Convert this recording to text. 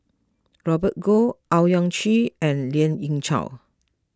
Robert Goh Owyang Chi and Lien Ying Chow